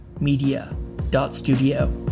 media.studio